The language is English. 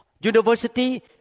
university